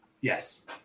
Yes